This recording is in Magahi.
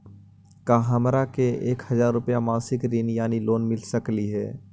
का हमरा के एक हजार रुपया के मासिक ऋण यानी लोन मिल सकली हे?